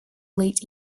late